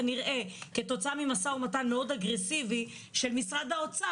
כנראה כתוצאה ממשא ומתן מאוד אגרסיבי של משרד האוצר,